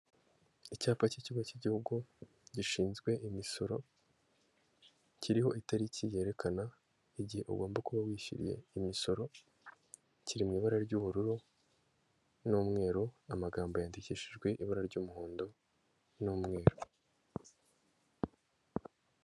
Icyapa cy'ikigo cy'igihugu gishinzwe imisoro, kiriho itariki yerekana igihe ugomba kuba wishyuriye imisoro, kiri mu ibara ry'ubururu n'umweru, amagambo yandikishijwe ibara ry'umuhondo n'umweru.